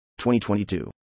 2022